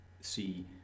see